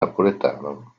napoletano